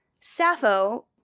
Sappho